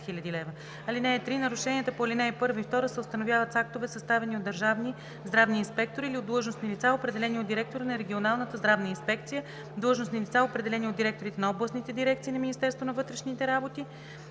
лв. (3) Нарушенията по ал. 1 и 2 се установяват с актове, съставени от държавни здравни инспектори или от длъжностни лица, определени от директора на регионалната здравна инспекция, длъжностни лица, определени от директорите на областните дирекции на Министерството на вътрешните работи